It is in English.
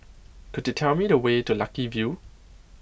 could you tell me the way to Lucky View